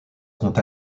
compte